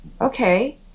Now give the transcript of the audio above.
okay